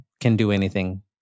can-do-anything